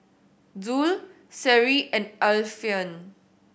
Zul Seri and Alfian